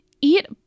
eat